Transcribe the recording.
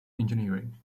engineering